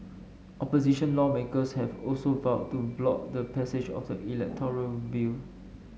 opposition lawmakers have also vowed to block the passage of the electoral bill